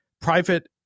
private